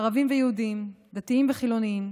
ערבים ויהודים, דתיים וחילונים.